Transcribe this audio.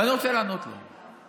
ואני רוצה לענות לו.